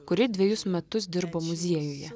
kuri dvejus metus dirbo muziejuje